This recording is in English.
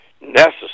necessary